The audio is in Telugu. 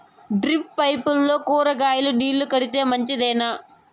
డ్రిప్ పైపుల్లో కూరగాయలు నీళ్లు కడితే మంచిదేనా?